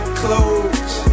clothes